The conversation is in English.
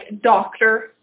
doctor